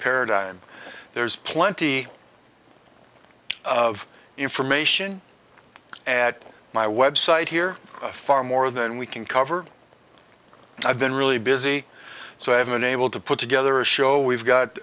paradigm there's plenty of information at my website here far more than we can cover i've been really busy so i have been able to put together a show we've got